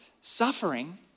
Suffering